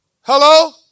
Hello